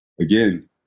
again